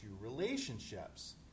relationships